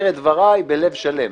אומר את דבריי בלב שלם.